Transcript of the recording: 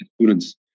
students